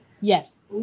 yes